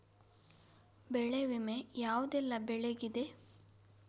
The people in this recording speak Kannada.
ಬೆಳೆ ವಿಮೆ ಯಾವುದೆಲ್ಲ ಬೆಳೆಗಿದೆ?